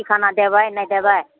की खाना देबै नहि देबै